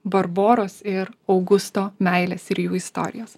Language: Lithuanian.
barboros ir augusto meilės ir jų istorijos